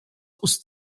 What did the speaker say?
ust